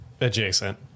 adjacent